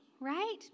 right